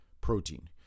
protein